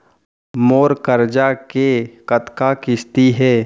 मोर करजा के कतका किस्ती हे?